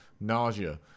nausea